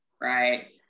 Right